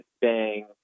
Bang